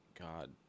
God